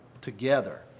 together